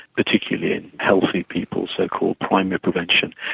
particularly in healthy people, so-called primary prevention,